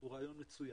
הוא רעיון מצוין,